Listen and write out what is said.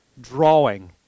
drawing